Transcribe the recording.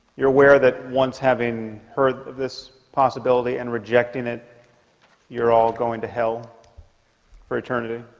you're aware that once having heard this possibility and rejecting it you're all going to hell for eternity